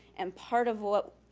and part of what.